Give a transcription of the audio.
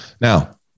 Now